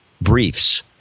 briefs